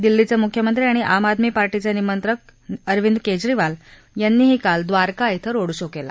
दिल्लीचे मुख्यमंत्री आणि आम आदमी पार्टीचे निमंत्रक अरविद केजरीवाल यांनीही काल द्वारका इथं रोड शो केला